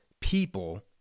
people